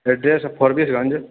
address है फ़रबिसगंज